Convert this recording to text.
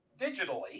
digitally